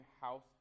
house